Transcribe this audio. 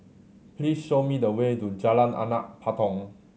please show me the way to Jalan Anak Patong